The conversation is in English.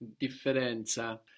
differenza